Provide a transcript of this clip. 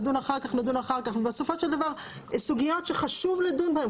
נדון אחר כך ובסופו של דבר זה סוגיות שחשוב לדון בהן.